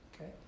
Okay